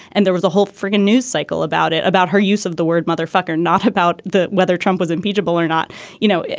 and there was a whole friggin news cycle about it about her use of the word mother fucker not about whether trump was impeachable or not you know.